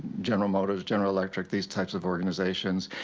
general motors, general electric these type of organizations.